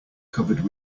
covered